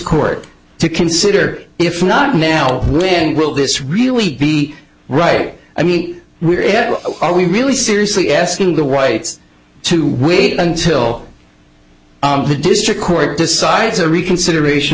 court to consider if not now when will this really be right i mean we're all we really seriously asking the whites to wait until the district court decides a reconsideration